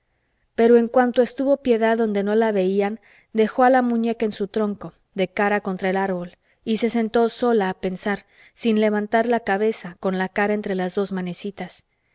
pero en cuanto estuvo piedad donde no la veían dejó a la muñeca en un tronco de cara contra el árbol y se sentó sola a pensar sin levantar la cabeza con la cara entre las dos manecitas